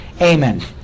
Amen